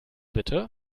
bitte